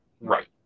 Right